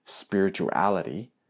spirituality